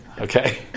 Okay